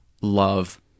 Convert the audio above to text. love